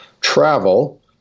travel